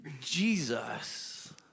Jesus